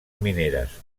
mineres